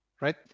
Right